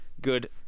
good